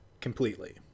completely